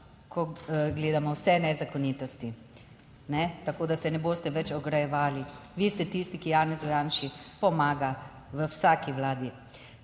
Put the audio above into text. ko gledamo vse nezakonitosti, ne. Tako, da se ne boste več ograjevali: vi ste tisti, ki Janezu Janši pomaga v vsaki vladi.